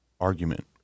argument